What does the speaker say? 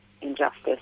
injustice